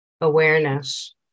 awareness